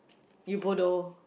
you bodoh